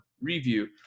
Review